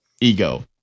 ego